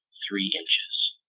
three inches